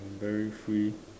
very free